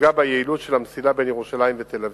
תפגע ביעילות של המסילה בין ירושלים לתל-אביב,